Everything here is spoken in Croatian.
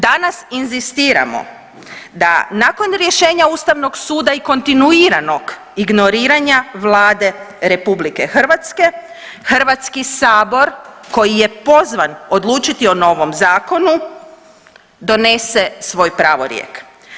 Danas inzistiramo da nakon rješenja ustavnog suda i kontinuiranog ignoriranja Vlade RH, HS koji je pozvan odlučiti o novom zakonu donese svoj pravorijek.